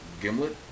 Gimlet